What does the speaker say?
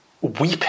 weeping